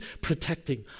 protecting